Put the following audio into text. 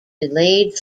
delayed